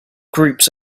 groups